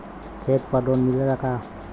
खेत पर लोन मिलेला का?